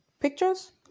pictures